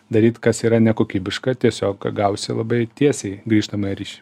daryt kas yra nekokybiška tiesiog gausi labai tiesiai grįžtamąjį ryšį